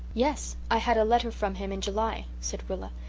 yes, i had a letter from him in july, said rilla.